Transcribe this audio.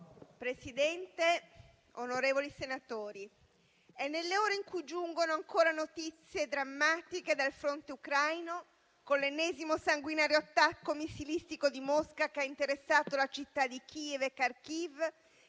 Presidente, onorevoli senatori, è nelle ore in cui giungono ancora notizie drammatiche dal fronte ucraino, con l'ennesimo sanguinario attacco missilistico di Mosca che ha interessato la città di Kiev e Kharkiv